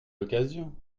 l’occasion